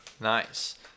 Nice